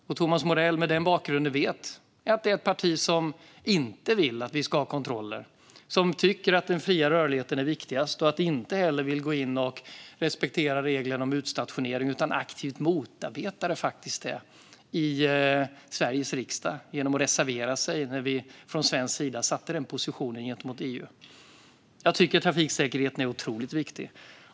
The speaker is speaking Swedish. Thomas Morell vet, med sin bakgrund, att detta är ett parti som inte vill att vi ska ha kontroller, som tycker att den fria rörligheten är viktigast och som inte heller ville gå in respektera reglerna om utstationering utan faktiskt aktivt motarbetade detta i Sveriges riksdag genom att reservera sig när vi från svensk sida satte den positionen gentemot EU. Jag tycker att trafiksäkerheten är otroligt viktig.